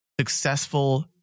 successful